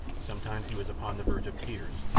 sometimes he was upon the verge of tears,